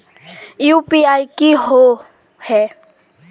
UPI की होय है?